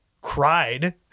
cried